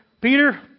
Peter